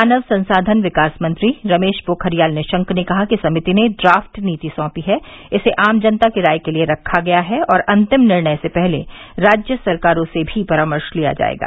मानव संसाधन विकास मंत्री रमेश पोखरियाल निशंक ने कहा कि समिति ने ड्राएट नीति साँपी है इसे आम जनता की राय के लिए रखा गया है और अन्तिम निर्णय से पहले राज्य सरकारों से भी परामर्श लिया जायेगा